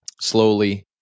slowly